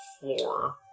four